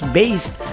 based